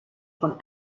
von